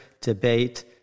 debate